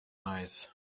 eyes